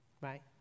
Right